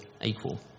equal